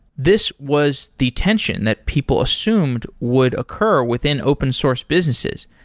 this was the tension that people assumed would occur within open source businesses.